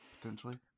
Potentially